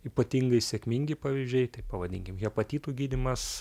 ypatingai sėkmingi pavyzdžiai tai pavadinkim hepatitų gydymas